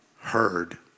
heard